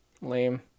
lame